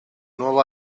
nuevo